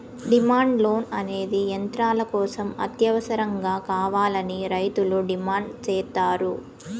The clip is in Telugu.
డిమాండ్ లోన్ అనేది యంత్రాల కోసం అత్యవసరంగా కావాలని రైతులు డిమాండ్ సేత్తారు